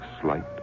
slight